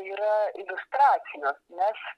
yra iliustracijos neš